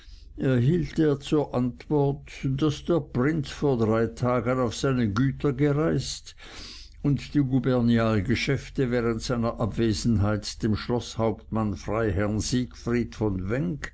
erhielt er zur antwort daß der prinz vor drei tagen auf seine güter gereist und die gubernialgeschäfte während seiner abwesenheit dem schloßhauptmann freiherrn siegfried von